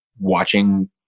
Watching